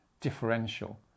differential